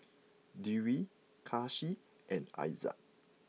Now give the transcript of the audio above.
Dewi Kasih and Aizat